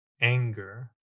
anger